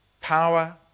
Power